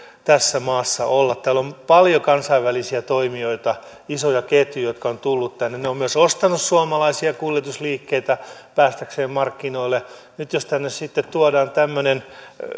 tässä maassa olla täällä on paljon kansainvälisiä toimijoita isoja ketjuja jotka ovat tulleet tänne ne ovat myös ostaneet suomalaisia kuljetusliikkeitä päästäkseen markkinoille nyt jos tänne sitten tuodaan tämmöinen